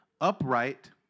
upright